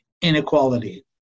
inequality